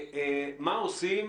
מה עושים